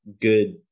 good